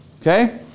Okay